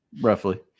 roughly